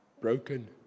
broken